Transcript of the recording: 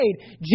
Jesus